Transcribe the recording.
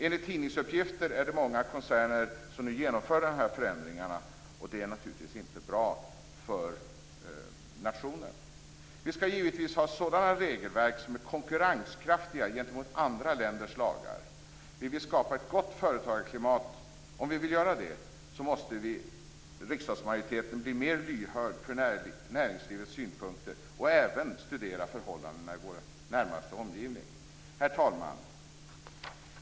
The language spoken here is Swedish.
Enligt tidningsuppgifter är det många koncerner som nu genomför de här förändringarna, och det är naturligtvis inte bra för nationen. Vi skall givetvis ha sådana regelverk som är konkurrenskraftiga gentemot andra länders lagar. Om vi vill skapa ett gott företagarklimat måste riksdagsmajoriteten bli mer lyhörd för näringslivets synpunkter och även studera förhållandena i vår närmaste omgivning. Herr talman!